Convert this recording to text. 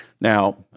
Now